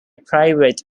private